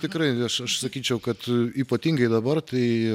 tikrai aš aš sakyčiau kad ypatingai dabar tai